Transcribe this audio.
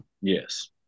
Yes